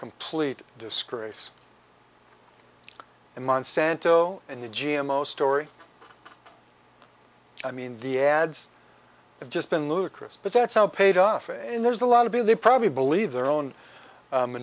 complete disgrace and monsanto and the g m o story i mean the ads have just been ludicrous but that's all paid off and there's a lot to be they probably believe their own